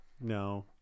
No